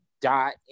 dot